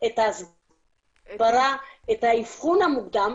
את ההסברה, את האבחון המוקדם.